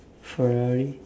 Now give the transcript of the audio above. ferrari